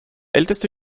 älteste